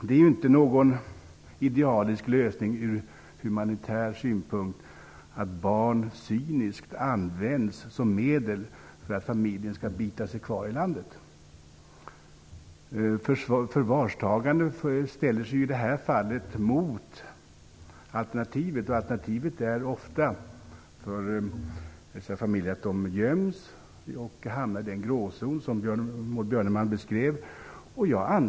Det är inte någon idealisk lösning från humanitär synpunkt att barn cyniskt används som medel för att familjen skall hålla sig kvar i landet. Förvarstagande ställs i det här fallet mot alternativet, som ofta är att familjen göms och hamnar i den gråzon som Maud Björnemalm beskrev.